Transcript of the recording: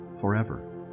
forever